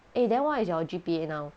eh then what is your G_P_A now